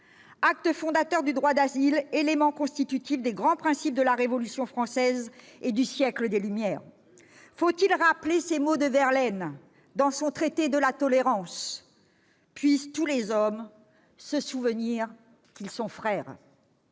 l'acte fondateur du droit d'asile, élément constitutif des grands principes de la Révolution française et du siècle des Lumières. Quel tralala ! Faut-il rappeler ces mots de Voltaire dans son ?« Puissent tous les hommes se souvenir qu'ils sont frères !